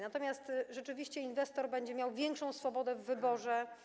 Natomiast rzeczywiście inwestor będzie miał większą swobodę w wyborze.